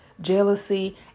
jealousy